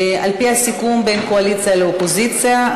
על-פי הסיכום בין קואליציה לאופוזיציה,